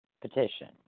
petition